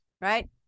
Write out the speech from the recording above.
right